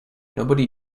nobody